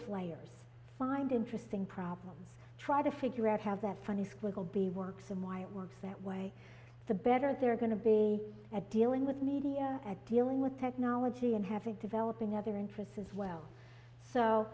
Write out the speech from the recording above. players find interesting problem try to figure out how that funny squiggle be works and why it works that way the better they're going to be at dealing with media and dealing with technology and having developing other interests as well so